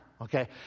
okay